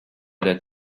that